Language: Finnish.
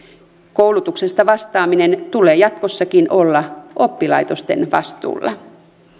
koulutuksesta vastaamisen tulee jatkossakin olla oppilaitosten vastuulla